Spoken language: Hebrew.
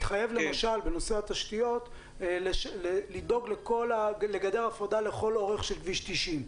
התחייב למשל בנושא התשתיות לדאוג לגדר הפרדה לכל אורך כביש 90,